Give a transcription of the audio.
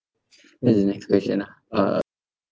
this is the next question ah uh